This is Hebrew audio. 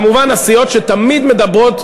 כמובן, הסיעות שתמיד מדברות,